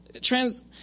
trans